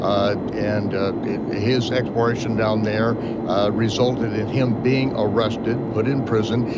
um and his exploration down there resulted in him being arrested, put in prison,